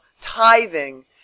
tithing